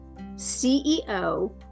CEO